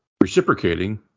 reciprocating